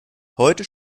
heute